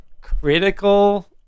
critical